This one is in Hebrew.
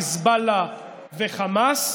חיזבאללה וחמאס,